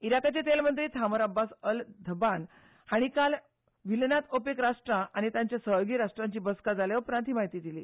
इराकाचे तेल मंत्री थामर अब्बास अल घधबान हांणी काल व्हिएनांत ओपेक राष्ट्रां आनी तांच्या सहयोगी राष्ट्रांची बसका जाले उपरांत ही माहिती दिली